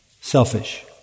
Selfish